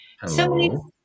Hello